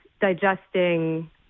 digesting